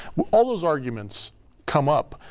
all those arguments come up,